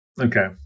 Okay